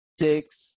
Six